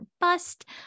Bust